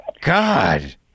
God